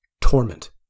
torment